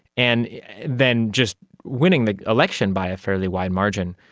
and then just winning the election by a fairly wide margin.